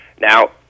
Now